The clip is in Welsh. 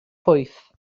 pwyth